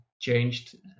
changed